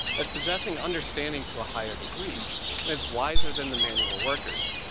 as possessing understanding to a higher degree, and as wiser than the manual workers.